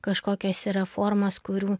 kažkokios yra formos kurių